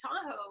Tahoe